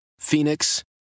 Phoenix